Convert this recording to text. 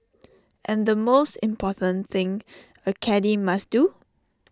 and the most important thing A caddie must do